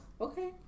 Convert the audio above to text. Okay